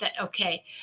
Okay